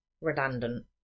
Redundant